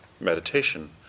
meditation